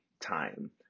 time